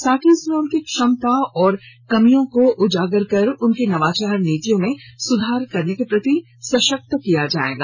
साथ ही इसमें उनकी क्षमता और कमियों को उजागर कर उनकी नवाचार नीतियों में सुधार करने के प्रति सशक्ता किया जायेगा